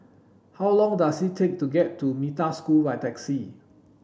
how long does it take to get to Metta School by taxi